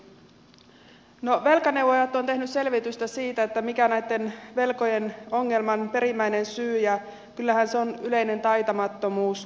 velkaneuvojat ovat tehneet selvitystä siitä mikä on näitten velkojen ongelman perimmäinen syy ja kyllähän se on yleinen taitamattomuus taloudenhallinnassa